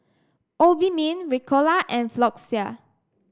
Obimin Ricola and Floxia